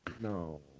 no